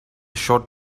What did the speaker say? short